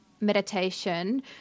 meditation